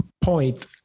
point